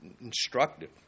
instructive